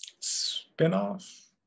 spinoff